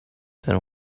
than